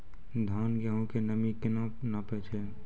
धान, गेहूँ के नमी केना नापै छै?